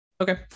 Okay